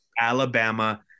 Alabama